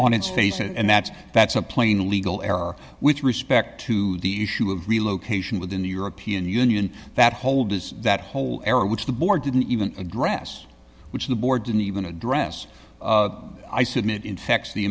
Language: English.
on its face and that's that's a plain a legal error with respect to the issue of relocation within the european union that whole does that whole era which the board didn't even address which the board didn't even address i submit infects the